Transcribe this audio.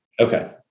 Okay